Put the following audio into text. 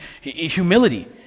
humility